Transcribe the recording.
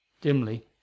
Dimly